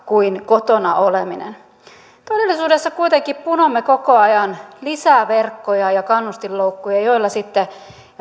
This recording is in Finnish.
kuin kotona oleminen todellisuudessa kuitenkin punomme koko ajan lisää verkkoja ja kannustinloukkuja joilla sitten